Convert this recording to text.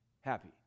happy